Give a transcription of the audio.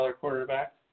quarterback